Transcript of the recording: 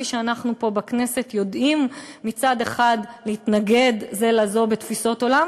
כפי שאנחנו פה בכנסת יודעים מצד אחד להתנגד זה לזו בתפיסות עולם